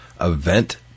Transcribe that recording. Event